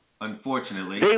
unfortunately